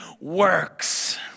works